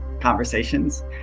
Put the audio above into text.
conversations